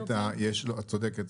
את צודקת,